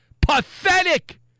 Pathetic